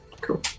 Cool